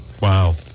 Wow